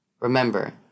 remember